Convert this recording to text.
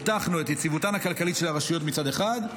הבטחנו את יציבותן הכלכלית של הרשויות מצד אחד,